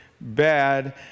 bad